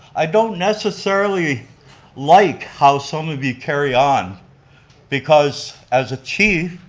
i don't necessarily like how some of you carry on because as a chief,